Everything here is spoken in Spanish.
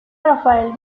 rafael